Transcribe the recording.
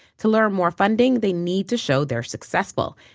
to lure more funding, they need to show they're successful,